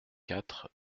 quatre